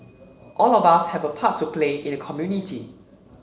all of us have a part to play in the community